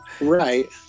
right